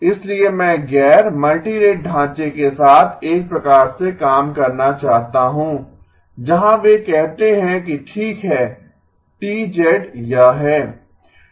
इसलिए मैं गैर मल्टीरेट ढांचे के साथ एक प्रकार से काम करना चाहता हूं जहां वे कहते हैं कि ठीक है T यह है